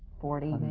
forty,